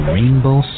Rainbow